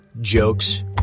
jokes